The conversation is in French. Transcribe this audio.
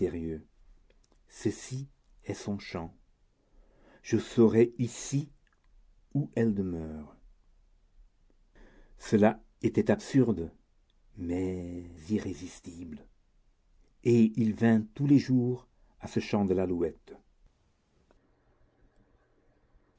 ceci est son champ je saurai ici où elle demeure cela était absurde mais irrésistible et il vint tous les jours à ce champ de l'alouette